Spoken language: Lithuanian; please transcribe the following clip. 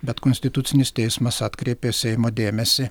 bet konstitucinis teismas atkreipė seimo dėmesį